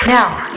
Now